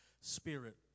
Spirit